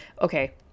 Okay